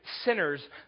sinners